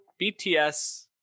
bts